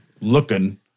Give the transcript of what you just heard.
looking